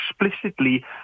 explicitly